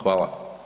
Hvala.